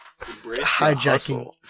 hijacking